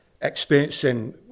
experiencing